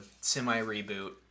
semi-reboot